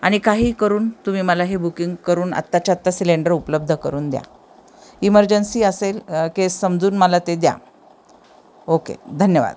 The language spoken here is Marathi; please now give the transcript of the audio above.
आणि काही करून तुम्ही मला हे बुकिंग करून आत्ताच्या आत्ता सिलेंडर उपलब्ध करून द्या इमर्जन्सी असेल केस समजून मला ते द्या ओके धन्यवाद